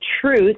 truth